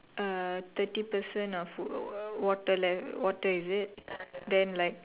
uh thirty percent of food water level water is it then like